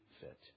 fit